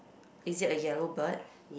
is it a yellow bird